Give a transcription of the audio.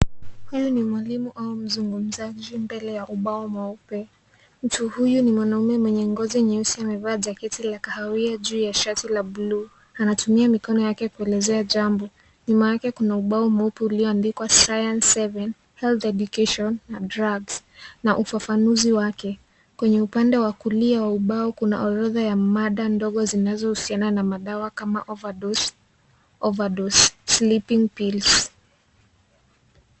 Huyu ni mwalimu au mzungumzaji mbele ya ubao mweupe, mtu huyu ni mwanaume mwenye ngozi nyeusi amevaa jaketi la kahawia juu ya sharti la buluu anatumia mikono yake kuelezea jambo nyuma yake kuna ubao mweupe ulioandikwa science seven health education and drugs na ufafanuzi wake, kwenye upande wa kulia wa ubao kuna orodha ya mada ndogo zinazohusiana na madawa kama overdose, overdose ,sleeping pills.